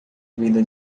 vida